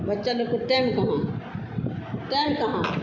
बच्चे लोग को टैम कहाँ टैम कहाँ